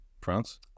France